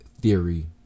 theory